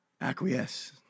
Acquiesce